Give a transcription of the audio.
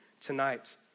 tonight